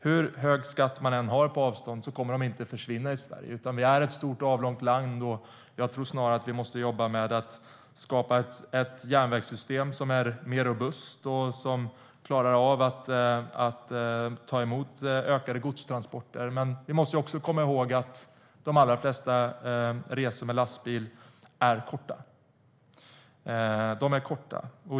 Hur hög skatt man än har på avstånd kommer de inte att försvinna i Sverige som är ett stort och avlångt land. Vi måste snarare jobba med att skapa ett järnvägssystem som är mer robust och klarar av att ta emot ökade godstransporter. Låt oss komma ihåg att de allra flesta resor med lastbil är korta.